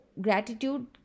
gratitude